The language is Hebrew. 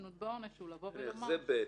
התיישנות בעונש הוא לבוא ולומר -- זה (ב),